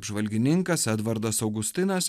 apžvalgininkas edvardas augustinas